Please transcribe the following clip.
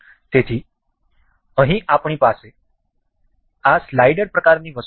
તેથી અહીં આપણી પાસે આ સ્લાઇડર પ્રકારની વસ્તુ છે